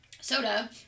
soda